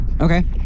Okay